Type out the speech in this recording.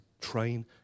train